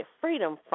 freedom